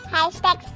Hashtag